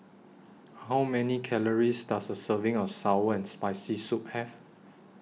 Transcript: How Many Calories Does A Serving of Sour and Spicy Soup Have